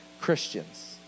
Christians